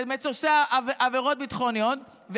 באמת עושה עבירות ביטחוניות,